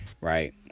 Right